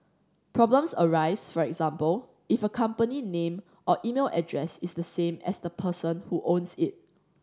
problems arise for example if a company name or email address is the same as the person who owns it